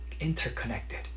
interconnected